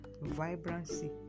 vibrancy